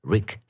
Rick